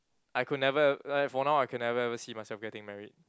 I could never like for now I can never ever see myself getting married